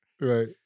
Right